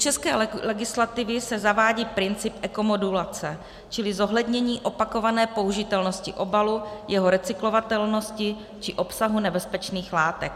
Do české legislativy se zavádí princip ekomodulace, čili zohlednění opakované použitelnosti obalu, jeho recyklovatelnosti či obsahu nebezpečných látek.